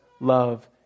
love